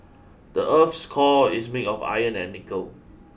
the earth's core is made of iron and nickel